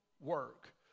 work